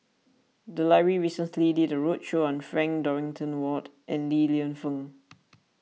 the library recently did a roadshow on Frank Dorrington Ward and Li Lienfung